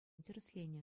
тӗрӗсленӗ